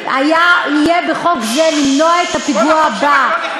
אני מקווה שגם יהיה בחוק זה למנוע את הפיגוע הבא,